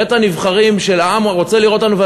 בית-הנבחרים של העם הרוצה לראות אותנו,